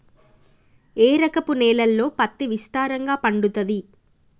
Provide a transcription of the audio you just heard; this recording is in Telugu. ఏ రకపు నేలల్లో పత్తి విస్తారంగా పండుతది?